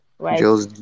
Right